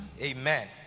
Amen